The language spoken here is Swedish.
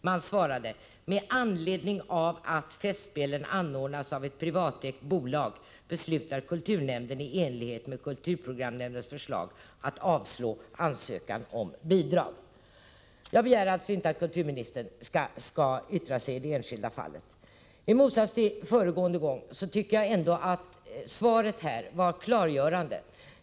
Man svarade: ”Med anledning av att festspelen anordnats av ett privatägt bolag beslutar kulturnämnden i enlighet med kulturprogramnämndens förslag att avslå ansökan om bidrag.” 43 Jag begär alltså inte att kulturministern skall yttra sig i det enskilda fallet. I motsats till föregående gång tycker jag ändå att svaret här var klargörande.